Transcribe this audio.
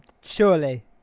Surely